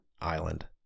island